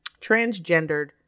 transgendered